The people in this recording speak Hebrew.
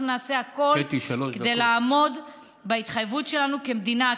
נעשה הכול כדי לעמוד בהתחייבות שלנו כמדינה,